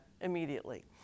immediately